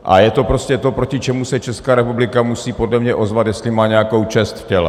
A je to prostě to, proti čemu se Česká republika musí podle mě ozvat, jestli má nějakou čest v těle.